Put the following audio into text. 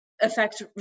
affect